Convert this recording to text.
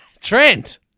Trent